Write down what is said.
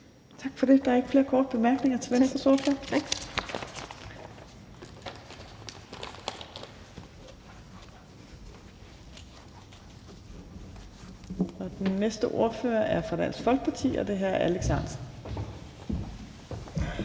Tak for det. Der er ikke flere korte bemærkninger. Tillykke til ordføreren